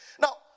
Now